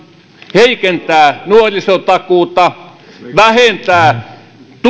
heikentää nuorisotakuuta vähentää